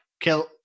Kill